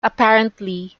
apparently